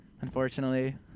unfortunately